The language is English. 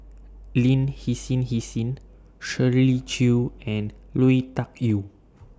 Lin Hsin Hsin Shirley Chew and Lui Tuck Yew